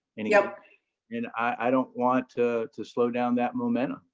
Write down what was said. and yeah but and i don't want to to slow down that momentum.